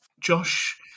Josh